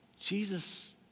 Jesus